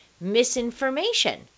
misinformation